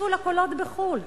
תקשיבו לקולות בחוץ-לארץ,